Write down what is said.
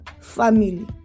family